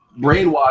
brainwash